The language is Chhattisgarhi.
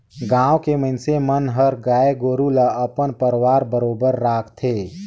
गाँव के मइनसे मन हर गाय गोरु ल अपन परवार बरोबर राखथे